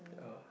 yeah